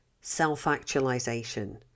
self-actualization